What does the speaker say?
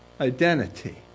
Identity